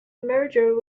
merger